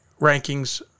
rankings